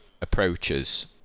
approaches